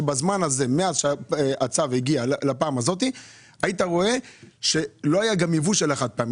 מאז שהצו הגיע עד עכשיו גם לא היה ייבוא של החד פעמי.